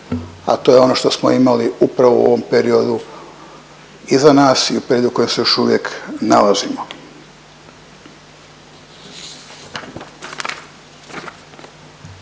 a to je ono što smo imali upravo u ovom periodu iza nas i periodu u kojem se još uvijek nalazimo.